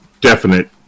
definite